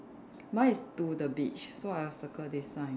mine is to the beach so I'll circle this sign